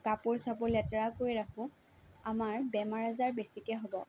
কাপোৰ চাপোৰ লেতেৰা কৰি ৰাখোঁ আমাৰ বেমাৰ আজাৰ বেছিকৈ হ'ব